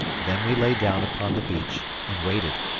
then we lay down upon the beach and waited.